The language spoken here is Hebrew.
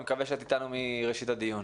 אני מקווה שאת איתנו מראשית הדיון.